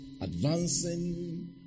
advancing